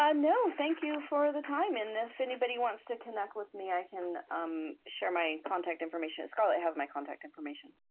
um no, thank you for the time. and if anybody wants to connect with me i can share my contact information. scarlett has my contact information.